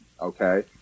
okay